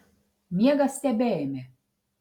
miegas tebeėmė